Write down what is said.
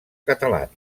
catalans